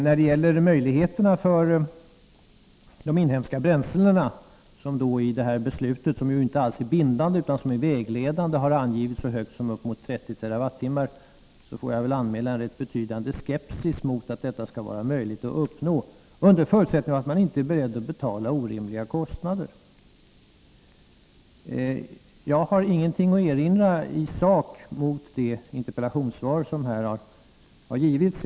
När det gäller möjligheterna för de inhemska bränslena att nå så högt som 30 TWh, vilket har angivits i ett beslut som inte alls är bindande utan vägledande, får jag väl anmäla en rätt betydande skepsis mot att detta skulle kunna vara möjligt, under förutsättning att man inte är beredd att stå för orimliga kostnader. Jag har ingenting att erinra i sak mot det interpellationssvar som här har givits.